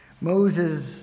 Moses